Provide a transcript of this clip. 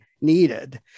needed